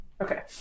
Okay